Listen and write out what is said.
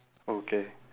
okay